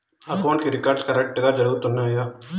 accounting records కరెక్టుగా జరుగుతున్నాయా